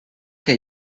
que